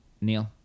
Neil